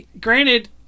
granted